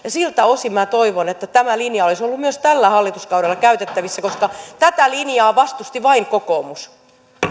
siltä osin toivoin että tämä linja olisi ollut myös tällä hallituskaudella käytettävissä koska tätä linjaa vastusti vain kokoomus